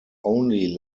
only